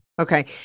Okay